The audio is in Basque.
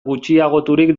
gutxiagoturik